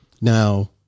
Now